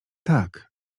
tak